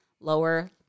Lower